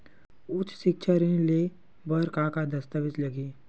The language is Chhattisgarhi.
उच्च सिक्छा ऋण ले बर का का दस्तावेज लगही?